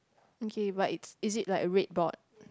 okay but it's is it like a red board